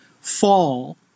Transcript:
fall